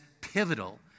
pivotal